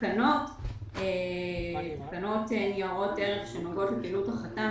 בתקנות ניירות ערך שנוגעות לפעילות החתם,